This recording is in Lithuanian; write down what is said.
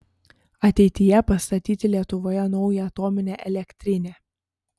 ateityje pastatyti lietuvoje naują atominę elektrinę